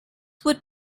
would